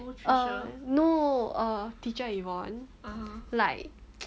err no err teacher yvonne like